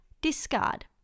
discard